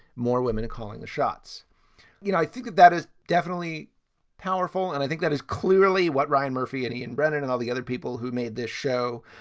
more women calling the shots you know, i think that that is definitely powerful. and i think that is clearly what ryan murphy and ian brennan and all the other people who made this show.